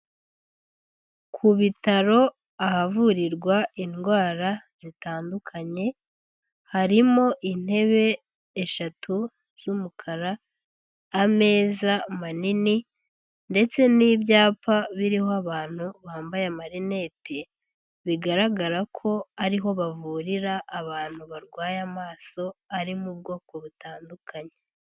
Ku bitaro ahavurirwa indwara zitandukanye harimo intebe eshatu z'umukara, ameza manini ndetse n'ibyapa biriho abantu bambaye amarinete bigaragara ko ariho bavurira abantu barwaye amaso ari mu bwoko butandukanye.